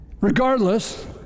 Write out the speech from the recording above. Regardless